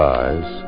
eyes